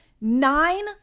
nine